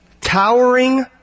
towering